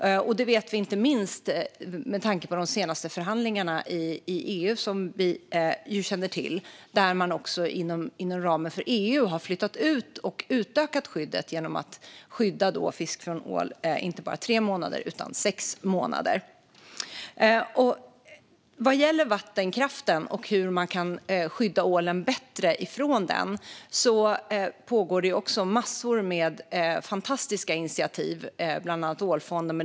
Det vet vi inte minst med tanke på de senaste förhandlingarna i EU, där man inom ramen för EU utökat skyddet av ål genom att förlänga fiskestoppet från tre till sex månader. Det pågår många fantastiska initiativ för att skydda ålen från vattenkraften, bland annat Ålfonden.